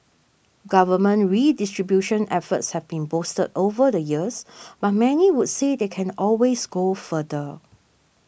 government redistribution efforts have been boosted over the years but many would say they can always go further